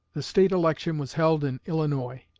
the state election was held in illinois.